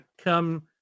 come